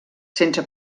sense